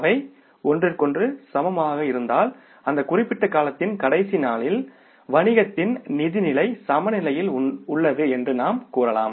அவை ஒன்றிற்கொன்று சமமாக இருந்தால் அந்த குறிப்பிட்ட காலத்தின் கடைசி நாளில் வணிகத்தின் நிதி நிலை சமநிலையில் உள்ளது என்று நாம் கூறலாம்